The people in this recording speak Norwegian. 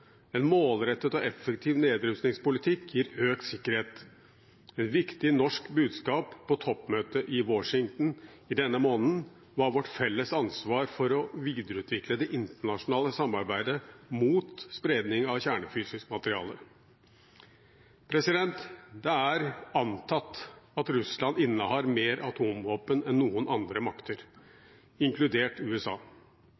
En målrettet og effektiv nedrustningspolitikk gir økt sikkerhet. Et viktig norsk budskap på toppmøtet i Washington i denne måneden var vårt felles ansvar for å videreutvikle det internasjonale samarbeidet mot spredning av kjernefysisk materiale. Det er antatt at Russland innehar mer atomvåpen enn noen andre makter,